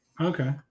Okay